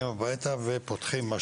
ופותחים את